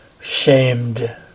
shamed